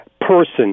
person